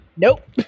Nope